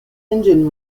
engine